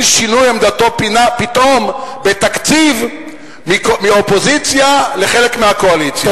שינוי עמדתו פתאום בתקציב מאופוזיציה לחלק מהקואליציה.